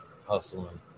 hustling